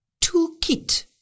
toolkit